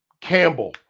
Campbell